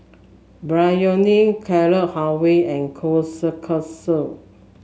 Biryani Carrot Halwa and Kushikatsu